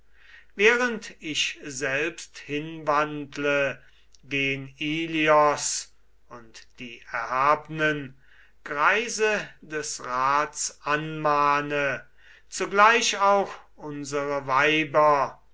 während ich selbst hinwandle gen ilios und die erhabnen greise des rats anmahne zugleich auch unsere weiber